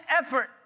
effort